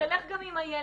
שתלך גם עם הילד"